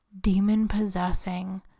demon-possessing